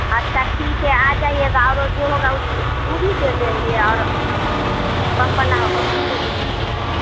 अच्छा ठीक है आ जाइएगा और ओ जो होगा उस्क ऊ भी दे देंगे और कम वाला होगा ऊ भी दे देंगे